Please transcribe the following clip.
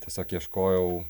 tiesiog ieškojau